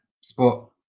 spot